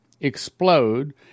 explode